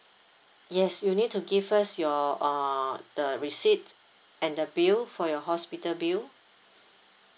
yes you need to give us your uh the receipt and the bill for your hospital bill